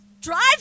drive